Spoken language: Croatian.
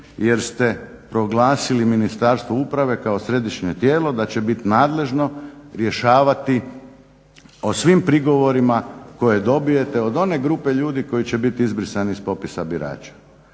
jer ste proglasili Ministarstvo uprave kao središnje da će biti nadležno rješavati o svim prigovorima koje dobijete od one grupe ljudi koji će biti izbrisani s popisa birača.